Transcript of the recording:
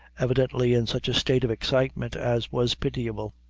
evidently in such a state of excitement as was pitiable.